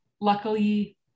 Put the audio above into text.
luckily